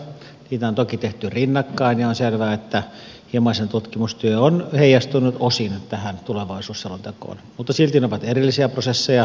niitä on toki tehty rinnakkain ja on selvää että himasen tutkimustyö on heijastunut osin tähän tulevaisuusselontekoon mutta silti ne ovat erillisiä prosesseja